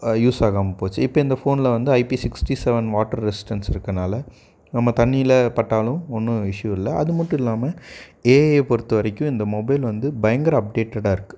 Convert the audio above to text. use ஆகாமல் போச்சு இப்போ இந்த ஃபோனில் வந்து IP sixty seven water resistant இருக்கனால் நம்ம தண்ணியில் பட்டாலும் ஒன்றும் இஷ்யூ இல்லை அது மட்டும் இல்லாமல் ஏஐ பொறுத்தவரைக்கும் இந்த மொபைல் வந்து பயங்கர அப்டேட்டடாக இருக்குது